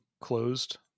closed